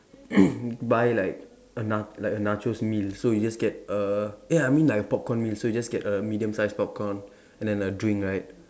buy like a na like a nachos meal so you get a eh I mean like a popcorn meal so you just a medium sized popcorn and then a drink right